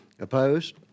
Opposed